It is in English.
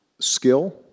skill